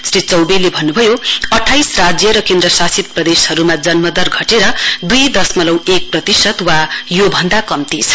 श्री चौबेले भन्नुभएको छ अठाइस राज्य र केन्द्रशासित प्रदेशहरुमा जन्मदर घटेर दुई दशमलउ एक प्रतिशत वा यो भन्दा कम्ती छ